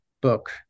book